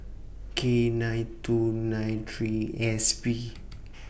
K nine two nine three S B